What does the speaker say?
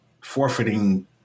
forfeiting